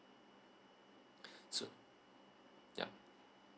so yup